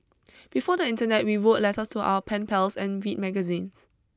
before the internet we wrote letters to our pen pals and read magazines